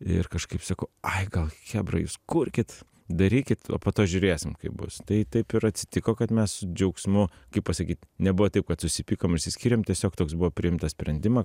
ir kažkaip sako ai gal chebra jūs kurkit darykit o po to žiūrėsim kaip bus tai taip ir atsitiko kad mes su džiaugsmu kaip pasakyt nebuvo taip kad susipykom išsiskyrėm tiesiog toks buvo priimtas sprendimą